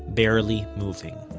barely moving.